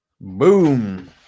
Boom